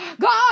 God